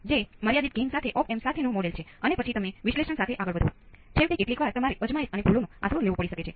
તેથી 0 ના Vc નું મૂલ્ય તમે સ્વીચ હોય છે જે મહત્વપૂર્ણ છે